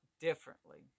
differently